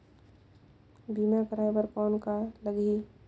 बीमा कराय बर कौन का लगही?